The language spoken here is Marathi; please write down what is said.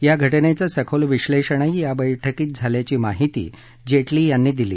या घटनेचं सखोल विश्लेषणही या बैठकीत झाल्याची माहिती जेटली यांनी दिली